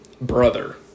brother